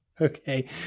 Okay